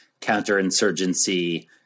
counterinsurgency